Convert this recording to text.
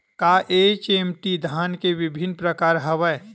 का एच.एम.टी धान के विभिन्र प्रकार हवय?